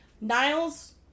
Niles